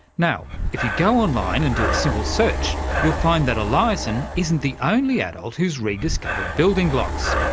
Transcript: now, if you go online and do a simple search you'll find that eliasson isn't the only adult who's rediscovered building blocks.